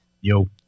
Yo